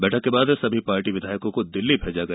बैठक के बाद सभी पार्टी विधायको को दिल्ली भेजा गया